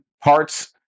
parts